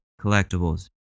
collectibles